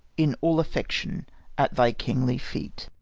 in all affection at thy kingly feet.